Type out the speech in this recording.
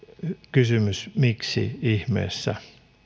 kysymys miksi ihmeessä